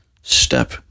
step